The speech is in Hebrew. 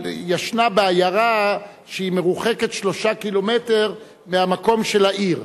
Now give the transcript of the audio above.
אבל ישנה בעיירה שהיא מרוחקת 3 קילומטר מהמקום של העיר.